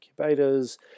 incubators